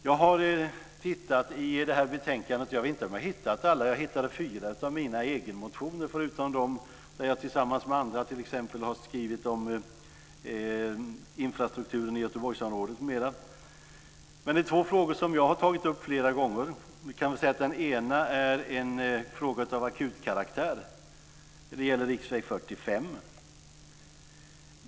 Jag har tittat i det här betänkandet, och jag vet inte om jag har hittat alla men jag hittade fyra av mina egna motioner förutom dem som jag tillsammans med andra har skrivit om t.ex. infrastrukturen i Göteborgsområdet m.m. Men det är två frågor som jag har tagit upp flera gånger. Den ena är en fråga av akut karaktär, det gäller riksväg 45.